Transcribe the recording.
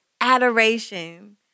adoration